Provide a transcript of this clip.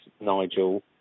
Nigel